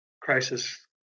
crisis